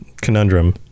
conundrum